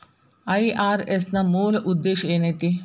IRS ನ ಮೂಲ್ ಉದ್ದೇಶ ಏನೈತಿ?